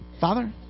Father